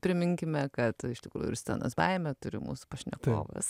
priminkime kad iš tikrųjų ir scenos baimę turi mūsų pašnekovas